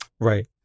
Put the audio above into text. Right